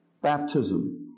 baptism